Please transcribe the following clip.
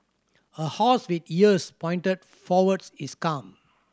a horse with ears pointed forwards is calm